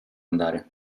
andare